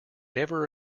never